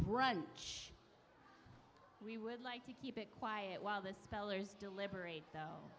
brunch we would like to keep it quiet while the spellers deliberate though